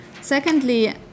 Secondly